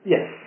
Yes